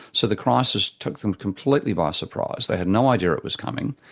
so the crisis took them completely by surprise, they had no idea it was coming,